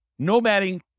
nomading